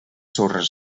sorres